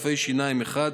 רופא שיניים אחד,